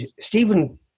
Stephen